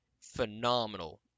phenomenal